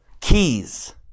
keys